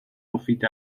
مفید